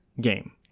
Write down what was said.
game